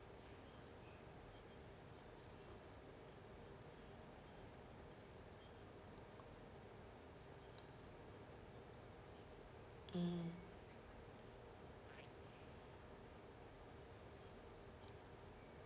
mm